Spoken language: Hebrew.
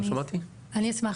אשמח